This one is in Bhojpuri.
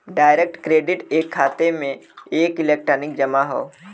डायरेक्ट क्रेडिट एक खाते में एक इलेक्ट्रॉनिक जमा हौ